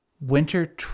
Winter